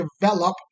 develop